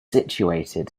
situated